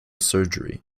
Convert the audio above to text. surgery